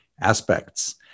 Aspects